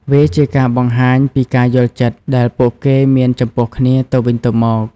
វាជាការបង្ហាញពីការយល់ចិត្តដែលពួកគេមានចំពោះគ្នាទៅវិញទៅមក។